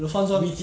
the funds [one]